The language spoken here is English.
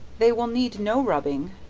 they will need no rubbing,